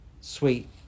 sweet